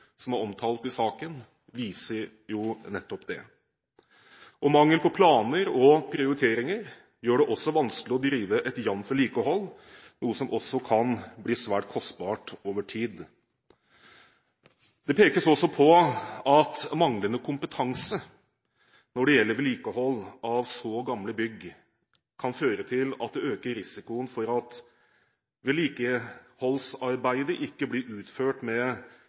som er omtalt i saken, viser nettopp det. Mangel på planer og prioriteringer gjør det også vanskelig å drive et jevnt vedlikehold, noe som også kan bli svært kostbart over tid. Det pekes også på at manglende kompetanse i forbindelse med vedlikehold av så gamle bygg kan føre til at det øker risikoen for at vedlikeholdsarbeidet ikke blir utført med